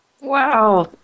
Wow